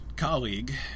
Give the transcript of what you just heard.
colleague